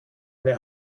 eine